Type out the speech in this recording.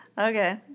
Okay